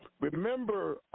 remember